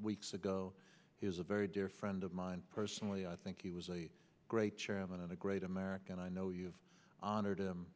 weeks ago he is a very dear friend of mine personally i think he was a great chairman and a great american i know you have honored him